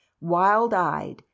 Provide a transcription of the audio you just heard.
wild-eyed